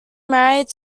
married